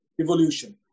evolution